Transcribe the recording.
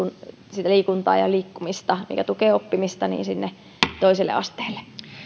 sitä liikuntaa ja liikkumista mikä tukee oppimista sinne toiselle asteelle